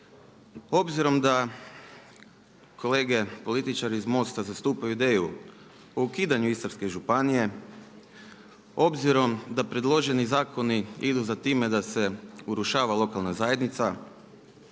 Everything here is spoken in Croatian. obzirom da kolege političari iz MOST-a zastupaju ideju o ukidanju Istarske županije, obzirom da predloženi zakoni idu za time da se urušava lokalna zajednica,